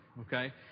okay